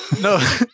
No